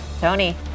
Tony